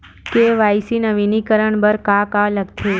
KYC नवीनीकरण बर का का लगथे?